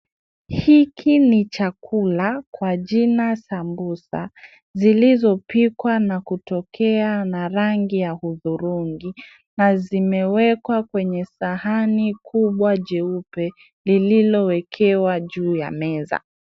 Hiki ni chakula kwa jina sambusa zilizopikwa na kutokea na rangi ya hudhurungi na zimewekwa kwenye sahani kubwa jeupe lililowekewa juu ya meza.